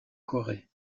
corée